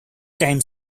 time